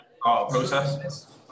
process